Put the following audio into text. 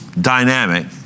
dynamic